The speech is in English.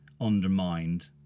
undermined